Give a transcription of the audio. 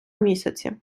місяці